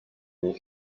will